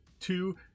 Two